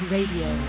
Radio